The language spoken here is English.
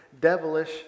devilish